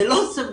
זה לא סביר.